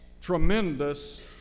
tremendous